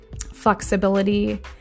flexibility